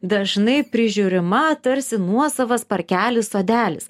dažnai prižiūrima tarsi nuosavas parkelis sodelis